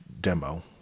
demo